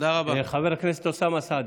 חבר הכנסת אוסאמה סעדי,